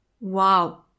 Wow